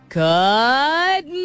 good